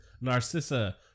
Narcissa